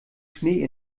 schnee